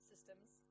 systems